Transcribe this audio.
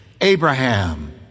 Abraham